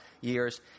years